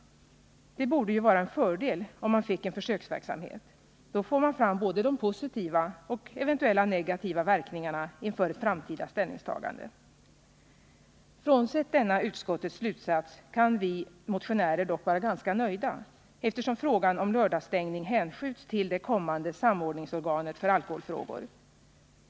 Det borde ju vara en fördel om man fick en försöksverksamhet. Därigenom skulle man få fram både de positiva och de eventuellt negativa verkningarna av en sådan här åtgärd inför ett framtida ställningstagande. Frånsett denna utskottets slutsats kan vi motionärer vara ganska nöjda, eftersom frågan om lördagsstängning hänskjuts till det kommande samordningsorganet för alkoholfrågor.